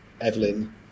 Evelyn